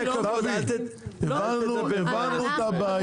הבנו את הבעיה.